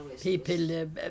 people